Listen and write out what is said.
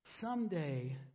Someday